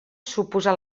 suposà